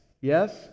Yes